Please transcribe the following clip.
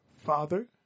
Father